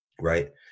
right